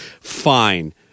fine